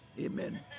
Amen